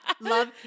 Love